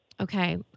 Okay